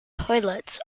toilets